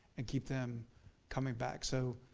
and keep them coming back. so,